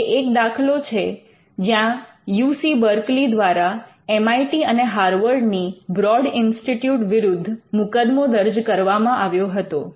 જેમ કે એક દાખલો છે જ્યાં યુ સી બર્કલી દ્વારા એમ આઇ ટી અને હાવર્ડ ની બ્રોડ ઇન્સ્ટિટ્યૂટ વિરુદ્ધ મુકદમો દર્જ કરવામાં આવ્યો હતો